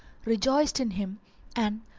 rejoiced in him and,